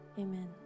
Amen